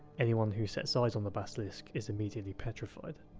anyone who sets eyes on the basilisk is immediately petrified.